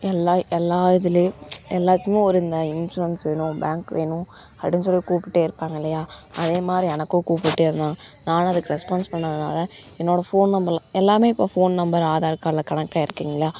எல்லா எல்லா இதுலையும் எல்லாத்துலையும் ஒரு இந்த இன்சூரன்ஸ் வேணும் பேங்க் வேணும் அப்படினு சொல்லி கூப்பிட்டுட்டே இருப்பாங்க இல்லையா அதேமாதிரி எனக்கும் கூப்பிட்டுட்டே இருந்தாங்க நானும் அதுக்கு ரெஸ்பான்ஸ் பண்ணாதததினால என்னோடய ஃபோன் நம்பரில் எல்லாமே இப்போ ஃபோன் நம்பர் ஆதார் கார்டில் கனெக்ட் ஆகிருக்கீங்களா